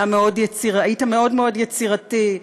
היית מאוד מאוד יצירתי,